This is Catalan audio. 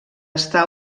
està